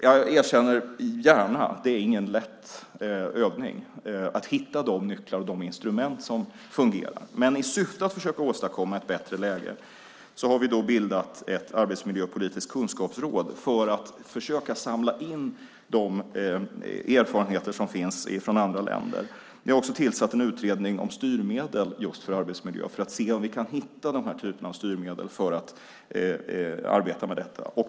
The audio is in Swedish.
Jag erkänner gärna att det inte är en lätt övning att hitta nycklar och instrument som fungerar. Men i syfte att försöka åstadkomma ett bättre läge har vi bildat ett arbetsmiljöpolitiskt kunskapsråd för att försöka samla in erfarenheter från andra länder. Vi har också tillsatt en utredning om styrmedel avseende arbetsmiljön för att se om vi kan hitta de här typerna av styrmedel för arbetet med detta.